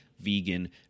vegan